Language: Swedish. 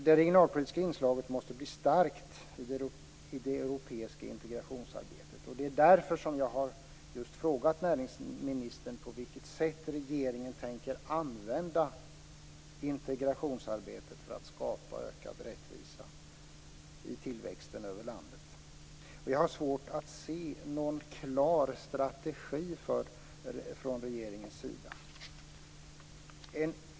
Det regionalpolitiska inslaget måste bli starkt i det europeiska integrationsarbetet. Det är därför som jag har frågat näringsministern på vilket sätt regeringen tänker använda integrationsarbetet för att skapa ökad rättvisa i tillväxten över landet. Jag har svårt att se någon klar strategi från regeringens sida.